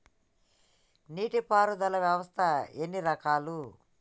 నీటి పారుదల వ్యవస్థ ఎన్ని రకాలు?